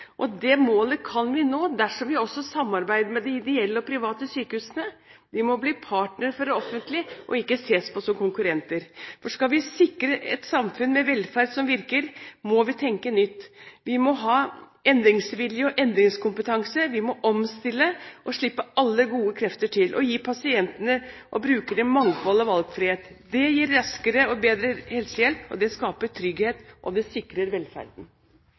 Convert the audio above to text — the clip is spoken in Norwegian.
det. Det målet kan vi nå dersom vi også samarbeider med de ideelle og private sykehusene. De må bli partnere for det offentlige og ikke ses på som konkurrenter, for skal vi sikre et samfunn med velferd som virker, må vi tenke nytt. Vi må ha endringsvilje og endringskompetanse, vi må omstille oss, slippe alle gode krefter til og gi pasientene og brukere mangfold og valgfrihet. Det gir raskere og bedre helsehjelp, og det skaper trygghet og sikrer velferden.